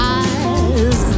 eyes